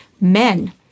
men